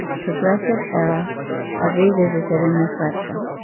progressive era i've revisited in this lecture.